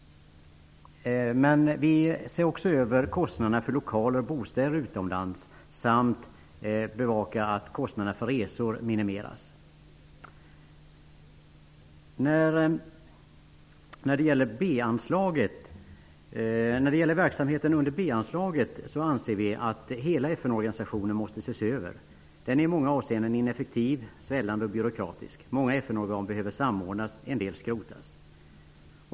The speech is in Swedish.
Vi vill också se över kostnader för lokaler och bostäder utomlands samt bevaka att kostnader för resor minimeras. Vi anser att hela FN organisationen måste ses över. Den är i många avseende ineffektiv, svällande och byråkratisk. Många FN organ behöver samordnas, en del skrotas.